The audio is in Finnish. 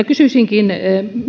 kysyisinkin